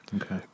okay